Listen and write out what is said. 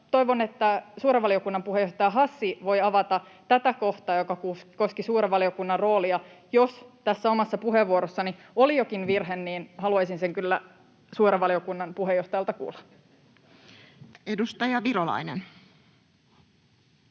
Toivon, että suuren valiokunnan puheenjohtaja Hassi voi avata tätä kohtaa, joka koski suuren valiokunnan roolia. Jos tässä omassa puheenvuorossani oli jokin virhe, niin haluaisin sen kyllä suuren valiokunnan puheenjohtajalta kuulla. [Speech